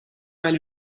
fell